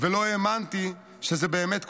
ולא האמנתי שזה באמת קורה,